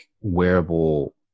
wearable